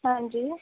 ਹਾਂਜੀ